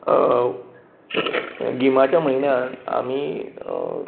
गिमाच्या म्हयन्यांत आमी